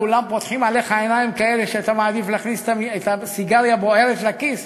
כולם פותחים עליך עיניים כאלה שאתה מעדיף להכניס את הסיגריה בוערת לכיס,